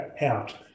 out